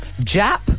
Jap